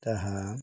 ତାହା